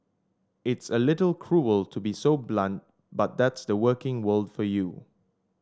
it's a little cruel to be so blunt but that's the working world for you